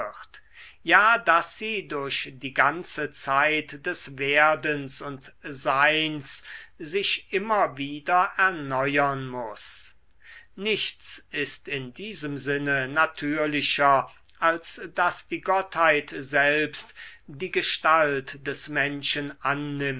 ja daß sie durch die ganze zeit des werdens und seins sich immer wieder erneuern muß nichts ist in diesem sinne natürlicher als daß die gottheit selbst die gestalt des menschen